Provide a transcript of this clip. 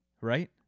right